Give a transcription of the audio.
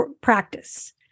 practice